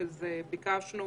ביקשנו